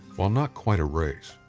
while not quite a race,